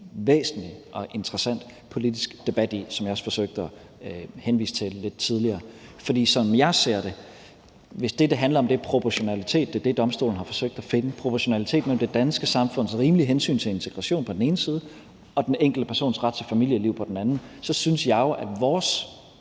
væsentlig og interessant politisk debat om, som jeg også forsøgte at henvise til lidt tidligere. For som jeg ser det, hvis det, det handler om, er proportionalitet – det er det, domstolen har forsøgt at finde – mellem det danske samfunds rimelige hensyntagen til integration på den ene side og den enkelte persons ret til familieliv på den anden, så synes jeg jo, at vores,